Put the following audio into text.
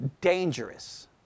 dangerous